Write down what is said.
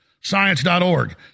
science.org